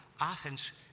Athens